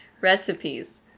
Recipes